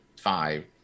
five